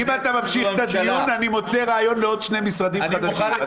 אם אתה ממשיך את הדיון אני מוצא רעיון לעוד שני משרדים חדשים.